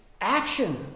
action